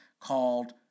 called